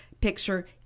picture